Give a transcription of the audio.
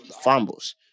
fumbles